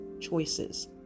choices